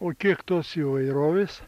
o kiek tos įvairovės